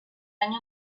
año